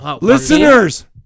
Listeners